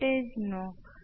તો હજુ પણ એકદમ સરળ છે